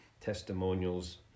testimonials